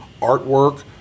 artwork